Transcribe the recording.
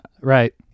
Right